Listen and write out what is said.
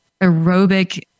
aerobic